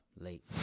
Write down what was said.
Late